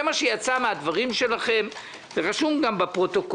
זה מה שיצא מן הדברים שלכם ורשום גם בפרוטוקול.